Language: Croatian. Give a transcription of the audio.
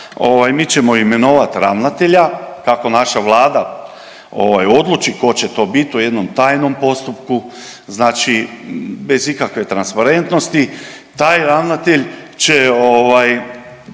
mi ćemo imenovati ravnatelja kako naša Vlada odluči tko će to biti u jednom tajnom postupku, znači bez ikakve transparentnosti. Taj ravnatelj će,